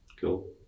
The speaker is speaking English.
Cool